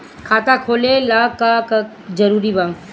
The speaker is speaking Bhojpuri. खाता खोले ला का का जरूरी बा?